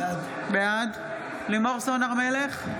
בעד לימור סון הר מלך,